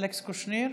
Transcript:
קושניר,